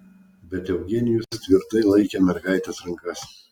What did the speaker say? bet eugenijus tvirtai laikė mergaitės rankas